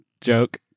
Joke